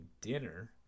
dinner